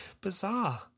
bizarre